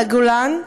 לגולן,